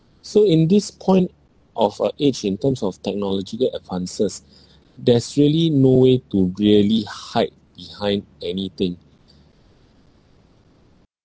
so in this point of uh age in terms of technological advances there's really no way to really hide behind anything